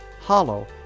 Hollow